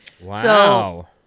Wow